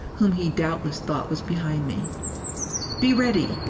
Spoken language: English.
whom he doubtless thought was behind me be ready!